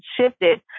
shifted